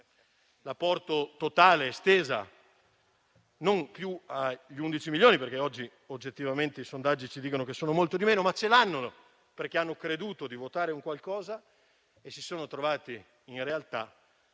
solidarietà, totale ed estesa. Non sono più 11 milioni, perché, oggettivamente, i sondaggi ci dicono che sono molti di meno, ma ce l'hanno, perché hanno creduto di votare qualcosa e si sono trovati in realtà